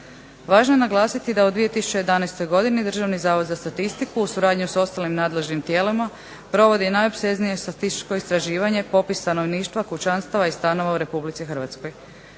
Važno je naglasiti da u 2011. godini Državni zavod za statistiku u suradnji s ostalim nadležnim tijelima provodi najopsežnije statističko istraživanje, popis stanovništva, kućanstava i stanova u Republici Hrvatskoj.